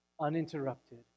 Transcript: uninterrupted